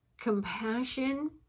compassion